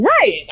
Right